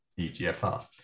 EGFR